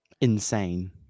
Insane